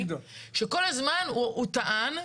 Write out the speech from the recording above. שכל הזמן הוא טען,